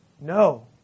No